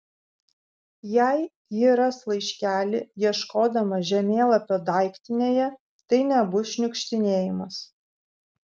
jei ji ras laiškelį ieškodama žemėlapio daiktinėje tai nebus šniukštinėjimas